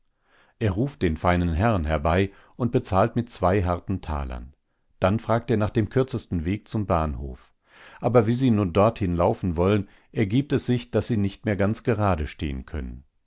er ruft den feinen herrn herbei und bezahlt mit zwei harten talern dann fragt er nach dem kürzesten weg zum bahnhof aber wie sie nun dorthin laufen wollen ergibt es sich daß sie nicht mehr ganz gerade stehen können